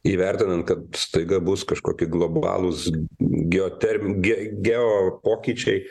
įvertinant kad staiga bus kažkokie globalūs geoterm ge geo pokyčiai